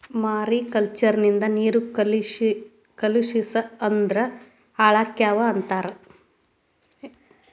mariculture ನಿಂದ ನೇರು ಕಲುಷಿಸ ಅಂದ್ರ ಹಾಳಕ್ಕಾವ ಅಂತಾರ